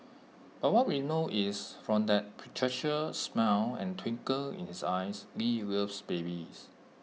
but what we know is from that patriarchal smile and twinkle in his eyes lee loves babies